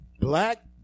Black